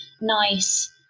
nice